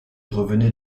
revenait